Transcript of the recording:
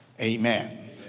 Amen